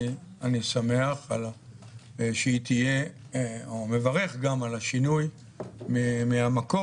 אני שמח שהיא תהיה ומברך על השינוי מן המקור,